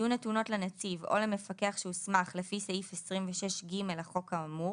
יהיו נתונות לנציב או למפקח שהוסמך לפי סעיף 26ג לחוק האמור,